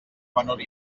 menor